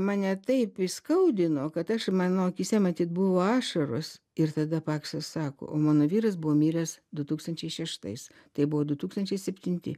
mane taip įskaudino kad aš mano akyse matyt buvo ašaros ir tada paksas sako mano vyras buvo miręs du tūkstančiai šeštais tai buvo du tūkstančiai septinti